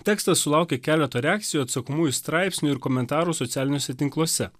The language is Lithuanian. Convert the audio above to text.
tekstas sulaukė keleto reakcijų atsakomųjų straipsnių ir komentarų socialiniuose tinkluose